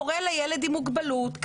הורה לילד עם מוגבלות,